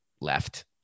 left